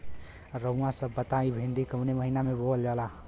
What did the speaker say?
रउआ सभ बताई भिंडी कवने महीना में बोवल जाला?